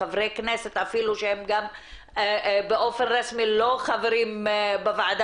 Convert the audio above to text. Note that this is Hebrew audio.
חברי כנסת אפילו שהם גם באופן רשמי לא חברים בוועדה